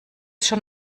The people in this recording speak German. schon